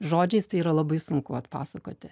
žodžiais tai yra labai sunku atpasakoti